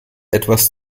etwas